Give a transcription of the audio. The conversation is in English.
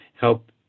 help